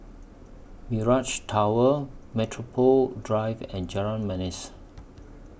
Mirage Tower Metropole Drive and Jalan Manis